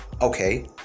Okay